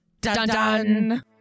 Dun-dun